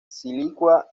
silicua